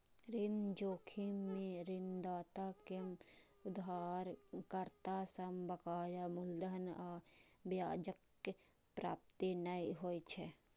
ऋण जोखिम मे ऋणदाता कें उधारकर्ता सं बकाया मूलधन आ ब्याजक प्राप्ति नै होइ छै